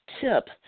tip